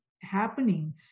happening